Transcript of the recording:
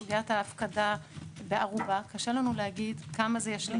בסוגיית ההפקדה בערובה קשה לנו להגיד כמה זה ישליך.